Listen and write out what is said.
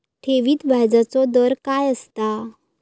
ठेवीत व्याजचो दर काय असता?